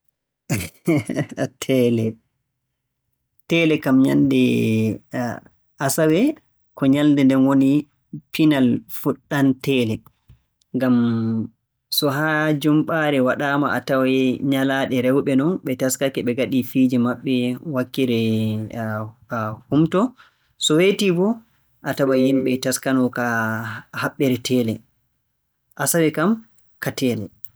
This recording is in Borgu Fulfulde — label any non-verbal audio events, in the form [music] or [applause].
[hesitation] Teele, teele kam nyalnde Asawe, ko nyalnde nden woni pinal fuɗɗam teele. Ngam so haa Jumɓaare waɗaama a taway nyalaaɗe rewɓe non, ɓe taskake ɓe ngaɗii fiiji maɓɓe wakkere [hesitation] humto. So weetii boo a taway [noise] yimɓe e taskanoo ka haɓ- haɓɓere teele. Asawe kam ka teele.